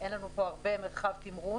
אלוהים יודע שאין לנו פה הרבה מרחב תמרון.